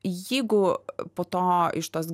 jeigu po to iš tos